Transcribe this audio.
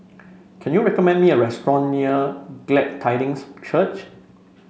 can you recommend me a restaurant near Glad Tidings Church